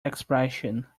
expression